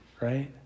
right